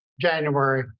January